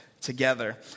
together